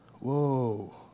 whoa